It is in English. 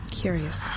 curious